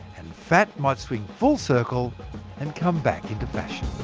and fat might swing full circle and come back into fashion